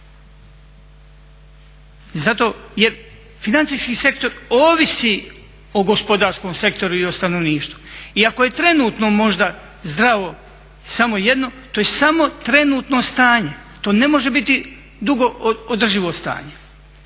zato, financijski sektor ovisi o gospodarskom sektoru i o stanovništvu. I ako je trenutno možda zdravo samo jedno to je samo trenutno stanje, to ne može biti dugo održivo stanje.